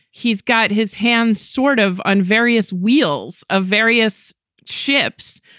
he's got his hands sort of on various wheels of various ships,